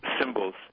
symbols